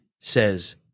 says